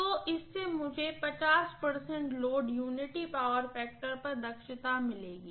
तो इससे मुझे लोड यूनिटी पावर फैक्टर पर दक्षता मिलेगी